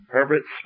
Herbert